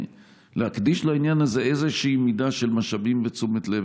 להקדיש לעניין הזה איזושהי מידה של משאבים ותשומת לב